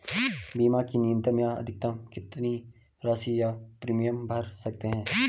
बीमा की न्यूनतम या अधिकतम कितनी राशि या प्रीमियम भर सकते हैं?